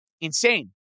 insane